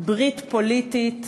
ברית פוליטית